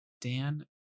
Dan